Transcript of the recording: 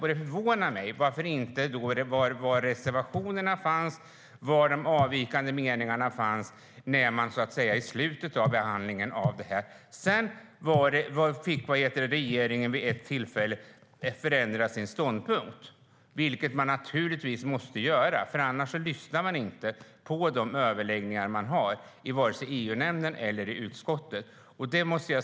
Det som förvånar mig är att det inte fanns några reservationer eller avvikande meningar i slutet av behandlingen. Vid ett tillfälle fick regeringen ändra sin ståndpunkt. Det måste man naturligtvis göra - annars har man inte lyssnat på överläggningarna vare sig i EU-nämnden eller i utskottet.